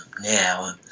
now